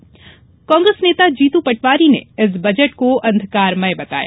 वहीं कांग्रेस नेता जीतू पटवारी ने इस बजट को अंधकारमय बताया